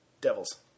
Devils